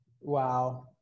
Wow